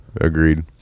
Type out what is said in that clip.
Agreed